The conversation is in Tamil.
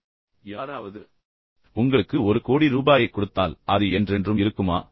இன்று யாராவது உங்களுக்கு ஒரு கோடி ரூபாயைக் கொடுத்தால் அது என்றென்றும் இருக்க முடியுமா